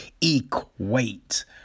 equate